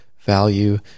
value